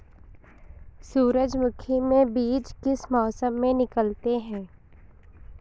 सूरजमुखी में बीज किस मौसम में निकलते हैं?